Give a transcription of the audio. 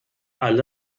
alle